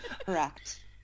correct